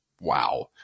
wow